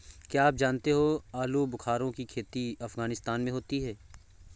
क्या आप जानते हो आलूबुखारे की खेती अफगानिस्तान में होती है